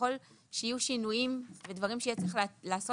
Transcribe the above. ככל שיהיו שינויים ודברים שיהיה צריך לעשות